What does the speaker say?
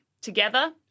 Together